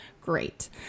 great